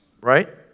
Right